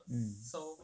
mm